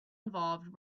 involved